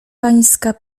pańska